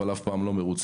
אבל אף פעם לא מרוצה,